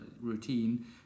routine